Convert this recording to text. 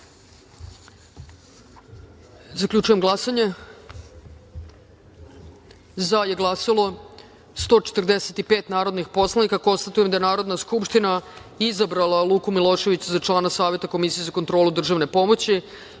Milošević. Zaključujem glasanje: za – 145 narodnih poslanika. Konstatujem da je Narodna skupština izabrala Luku Miloševića za člana Saveta Komisije za kontrolu državne